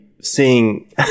seeing